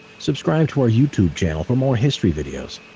subscribe to our youtube channel for more history videos.